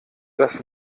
das